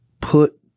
put